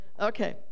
Okay